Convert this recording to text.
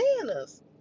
bananas